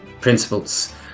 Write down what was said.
principles